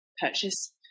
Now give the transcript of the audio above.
purchase